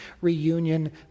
reunion